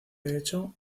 hecho